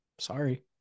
Sorry